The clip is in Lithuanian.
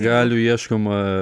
galių ieškoma